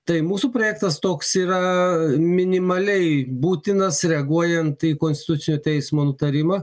tai mūsų projektas toks yra minimaliai būtinas reaguojant į konstitucinio teismo nutarimą